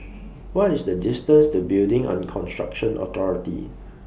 What IS The distance to Building and Construction Authority